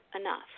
enough